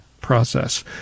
process